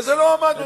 וזה לא עמד במבחן.